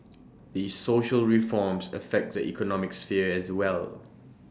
these social reforms affect the economic sphere as well